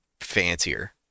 fancier